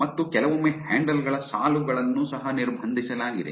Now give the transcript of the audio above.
ಮತ್ತು ಕೆಲವೊಮ್ಮೆ ಹ್ಯಾಂಡಲ್ ಗಳ ಸಾಲುಗಳನ್ನು ಸಹ ನಿರ್ಬಂಧಿಸಲಾಗಿದೆ